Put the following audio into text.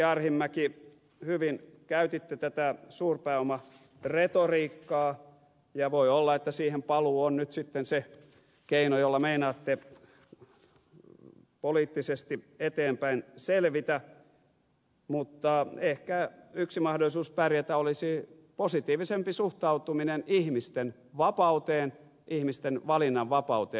arhinmäki hyvin käytitte tätä suurpääomaretoriikkaa ja voi olla että siihen paluu on nyt sitten se keino jolla meinaatte poliittisesti eteenpäin selvitä mutta ehkä yksi mahdollisuus pärjätä olisi positiivisempi suhtautuminen ihmisten vapauteen ihmisten valinnanvapauteen